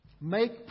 make